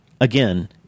again